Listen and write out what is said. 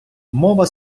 мова